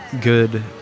good